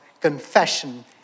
confession